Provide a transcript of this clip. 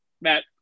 Matt